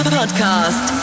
podcast